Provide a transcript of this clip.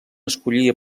escollir